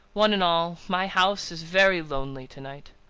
one and all, my house is very lonely to-night.